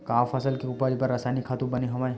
का फसल के उपज बर रासायनिक खातु बने हवय?